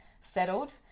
settled